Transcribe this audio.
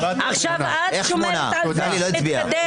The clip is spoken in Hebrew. מי נגד?